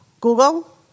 Google